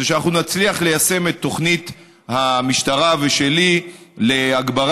הוא שאנחנו נצליח ליישם את תוכנית המשטרה ושלי להגברת